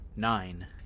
nine